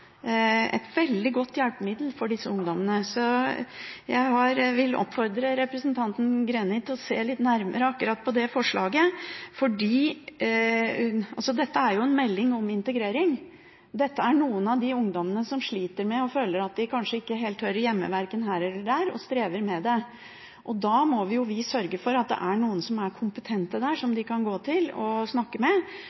et veldig godt hjelpemiddel for disse ungdommene. Jeg vil derfor oppfordre representanten Greni til å se litt nærmere på akkurat det forslaget. Dette er jo en melding om integrering, og dette er det noen ungdommer som sliter med – føler at de kanskje ikke helt hører hjemme verken her eller der og strever med det – og da må vi sørge for at det er noen der som er kompetente, og som